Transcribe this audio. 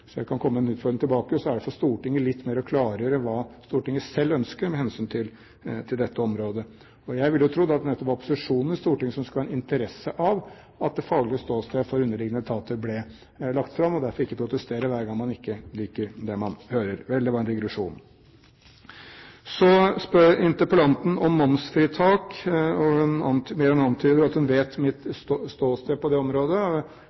jeg kan komme med en utfordring tilbake, er det for Stortinget litt mer å klargjøre hva Stortinget selv ønsker med hensyn til dette området. Jeg ville jo trodd at det nettopp var opposisjonen i Stortinget som har en interesse av at faglige ståsted for underliggende etater ble lagt fram, og derfor ikke protestere hver gang man ikke liker det man hører. Vel, det var en digresjon. Så spør interpellanten om momsfritak, og hun mer enn antyder at hun vet mitt ståsted på det området.